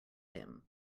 him